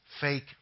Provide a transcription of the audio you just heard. fake